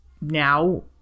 now